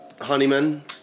Honeyman